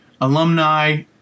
alumni